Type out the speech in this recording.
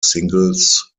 singles